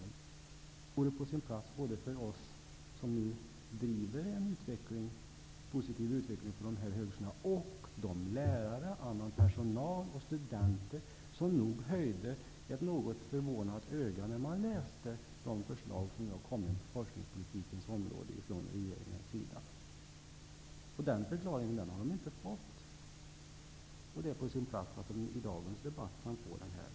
Det vore på sin plats både för oss som nu driver en positiv utveckling för de här högskolorna och de lärare, annan personal och studenter som nog något förvånat höjde ett ögonbryn när de läste det förslag som nu har kommit från regeringen på forskningspolitikens område. Den förklaringen har de inte fått. Det är på sin plats att de i dagens debatt kan få denna förklaring.